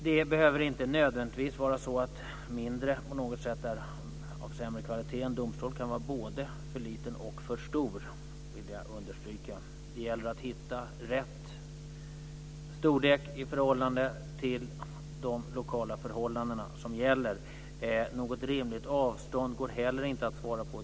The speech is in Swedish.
Det behöver inte nödvändigtvis vara så att de mindre på något sätt har sämre kvalitet. En domstol kan vara både för liten och för stor. Det vill jag understryka. Det gäller att hitta rätt storlek i förhållande till de lokala förhållanden som gäller. Det går heller inte att svara på frågan om ett rimligt avstånd.